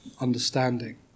understanding